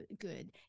good